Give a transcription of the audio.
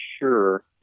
sure